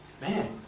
Man